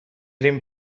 ریم